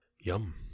Yum